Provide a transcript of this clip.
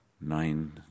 nine